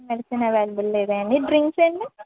medicine available లేదా అండి drinks అండి